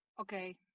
Okay